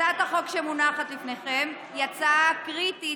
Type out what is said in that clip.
הצעת החוק שמונחת לפניכם היא הצעה קריטית,